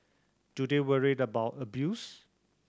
do they worried about abuse